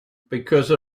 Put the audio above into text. because